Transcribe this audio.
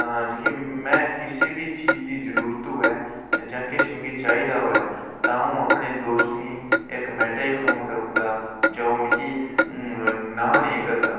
तां जेह्के में किसै बी चीज दी जरूरत होवै जां किश मिगी चाहिदा होवै तां अ'ऊं अपने दोस्तें ई इक मैंटें च फोन करी ओड़दा जां ओह् मिगी नां नेई करदा